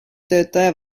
töötaja